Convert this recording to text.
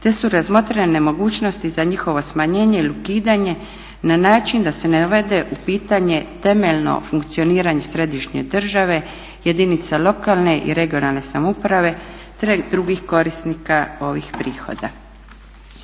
te su razmotrene mogućnosti za njihovo smanjenje ili ukidanje na način da se ne dovede u pitanje temeljno funkcioniranje središnje države, jedinica lokalne i regionalne samouprave te drugih korisnika ovih prihoda.